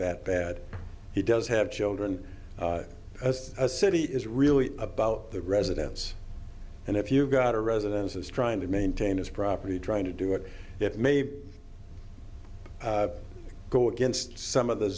that bad he does have children as a city is really about the residence and if you've got a residence is trying to maintain his property trying to do it it may go against some of th